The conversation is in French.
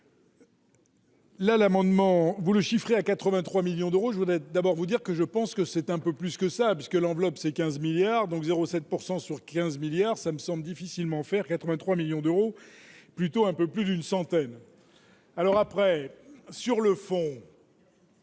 La l'amendement, vous le chiffrez à 83 millions d'euros, je voudrais d'abord vous dire que je pense que c'est un peu plus que ça, puisque l'enveloppe, c'est 15 milliards donc 0 7 pourcent sur 15 milliards, ça me semble difficilement faire 83 millions d'euros, plutôt un peu plus d'une centaine. Alors après, sur le fond.